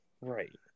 right